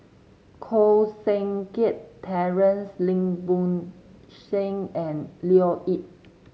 Koh Seng Kiat Terence Lim Bo Seng and Leo Yip